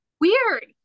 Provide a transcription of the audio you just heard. weird